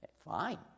Fine